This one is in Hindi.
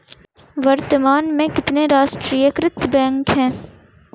वर्तमान में कितने राष्ट्रीयकृत बैंक है?